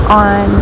on